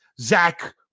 Zach